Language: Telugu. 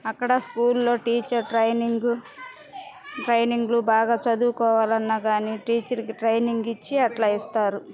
అక్కడ స్కూల్లో టీచర్ ట్రైనింగ్ ట్రైనింగ్లు బాగా చదువుకోవాలన్న కానీ టీచరికి ట్రైనింగ్ ఇచ్చి అట్లా ఇస్తారు